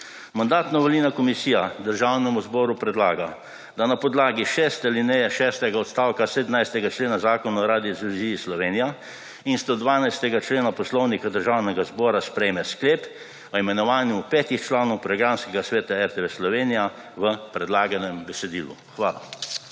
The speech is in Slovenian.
Mandatno-volilna komisija Državnem zboru predlaga, da na podlagi šeste alineje šestega odstavka 17. člena Zakona o Radioteleviziji Slovenija in 112. člena Poslovnika Državnega zbora, sprejme sklep o imenovanju petih članov Programskega sveta RTV Slovenija v predlaganem besedilu. Hvala.